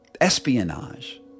Espionage